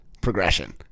progression